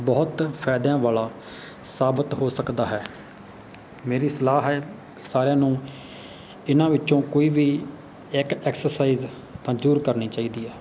ਬਹੁਤ ਫਾਇਦਿਆਂ ਵਾਲਾ ਸਾਬਤ ਹੋ ਸਕਦਾ ਹੈ ਮੇਰੀ ਸਲਾਹ ਹੈ ਸਾਰਿਆਂ ਨੂੰ ਇਹਨਾਂ ਵਿੱਚੋਂ ਕੋਈ ਵੀ ਇੱਕ ਐਕਸਰਸਾਈਜ਼ ਤਾਂ ਜ਼ਰੂਰ ਕਰਨੀ ਚਾਹੀਦੀ ਆ